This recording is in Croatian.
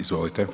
Izvolite.